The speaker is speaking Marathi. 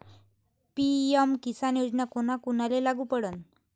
पी.एम किसान योजना कोना कोनाले लागू पडन?